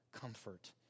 comfort